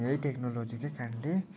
यही टेक्नोलोजीकै कारणले